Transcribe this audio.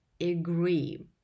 agree